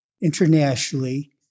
internationally